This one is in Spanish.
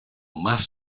más